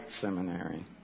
seminary